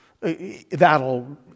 that'll